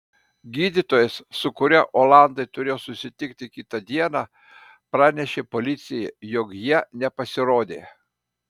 gydytojas su kuriuo olandai turėjo susitikti kitą dieną pranešė policijai jog jie nepasirodė